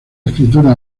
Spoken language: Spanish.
escritura